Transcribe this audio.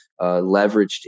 leveraged